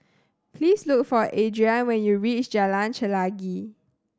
please look for Adrianne when you reach Jalan Chelagi